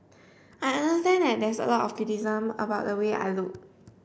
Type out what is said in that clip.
I understand that there's a lot of criticism about the way I look